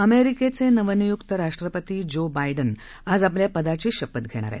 अमेरिकेचे नवनियुक्त राष्ट्रपती जो बायडन आज आपल्या पदाची शपथ घेणार आहेत